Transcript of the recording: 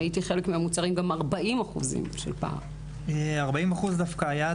וראיתי בחלק מהמוצרים גם פער של 40%. 40% יקר יותר היה